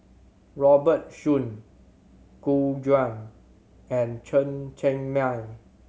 Robert Soon Gu Juan and Chen Cheng Mei